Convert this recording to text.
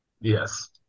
Yes